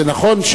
זה נכון,